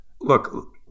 Look